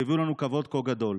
שהביאו לנו כבוד כה גדול: